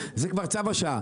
זה כבר צו השעה,